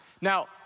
now